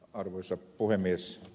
arvoisa puhemies